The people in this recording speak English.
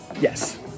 Yes